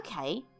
okay